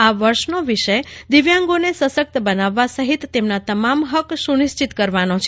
આ વર્ષનો વિષય દિવ્યાંગોને સશક્ત બનાવવા સહિત તેમના તમામ હક્ક સુનિશ્ચિત કરવાનો છે